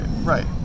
right